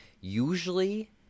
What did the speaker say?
Usually